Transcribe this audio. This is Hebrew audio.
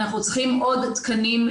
אנחנו צריכים עוד תקנים.